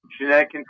genetic